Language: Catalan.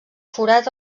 forat